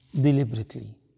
deliberately